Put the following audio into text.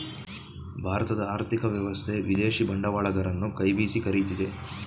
ಭಾರತದ ಆರ್ಥಿಕ ವ್ಯವಸ್ಥೆ ವಿದೇಶಿ ಬಂಡವಾಳಗರರನ್ನು ಕೈ ಬೀಸಿ ಕರಿತಿದೆ